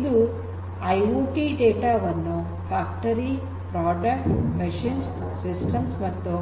ಇದು IoT data ವನ್ನು factory product machines systems ಮತ್ತು